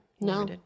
No